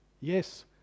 yes